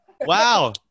Wow